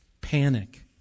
Panic